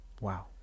Wow